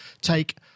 take